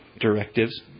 directives